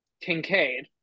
Kincaid